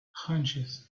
hunches